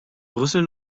brüssel